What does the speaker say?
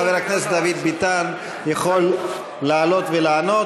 חבר הכנסת דוד ביטן יכול לעלות ולענות,